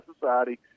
society